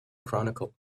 chronicle